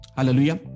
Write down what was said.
Hallelujah